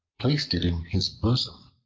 placed it in his bosom.